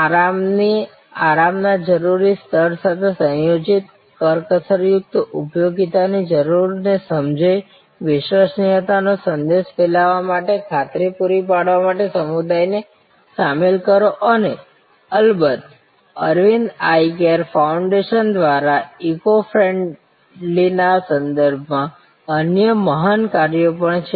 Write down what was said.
આરામના જરૂરી સ્તર સાથે સંયોજિત કરકસરયુક્ત ઉપયોગિતાની જરૂરિયાતને સમજો વિશ્વસનીયતાનો સંદેશ ફેલાવવા માટે ખાતરી પૂરી પાડવા માટે સમુદાયને સામેલ કરો અને અલબત્ત અરવિંદ આઇ કેર ફાઉન્ડેશન દ્વારા ઇકો ફ્રેન્ડલીના સંદર્ભમાં અન્ય મહાન કાર્યો પણ છે